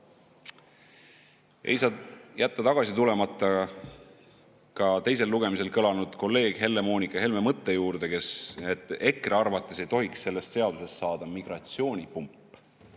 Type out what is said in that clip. Ei saa jätta tagasi tulemata ka teisel lugemisel kõlanud kolleeg Helle-Moonika Helme mõtte juurde, et EKRE arvates ei tohiks sellest seadusest saada migratsioonipump,